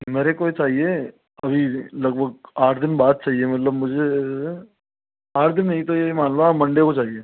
मेरे को चाहिए अभी लगभग आठ दिन बाद चहिए मतलब मुझे आठ दिन नहीं तो ये मान लो आप मंडे को चाहिए